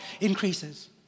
increases